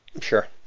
sure